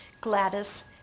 Gladys